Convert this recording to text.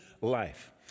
life